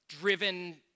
driven